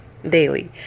daily